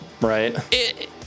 right